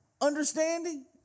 understanding